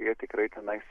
jie tikrai tenais